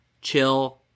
chill